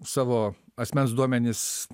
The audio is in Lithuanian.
savo asmens duomenis